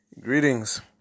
Greetings